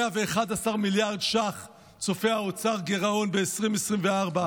111 מיליארד ש"ח צופה האוצר גירעון ב-2024,